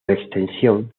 extensión